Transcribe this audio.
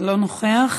לא נוכח.